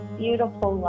beautiful